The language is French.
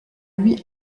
lui